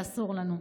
ואסור לנו.